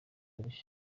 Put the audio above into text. imyanya